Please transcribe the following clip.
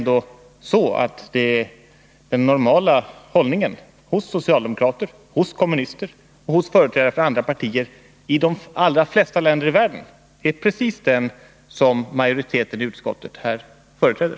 Den normala hållningen hos socialdemokrater, hos kommunister och hos företrädare för andra partier i de allra flesta länder i världen är precis den som majoriteten i utskottet här företräder.